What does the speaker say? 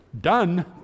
done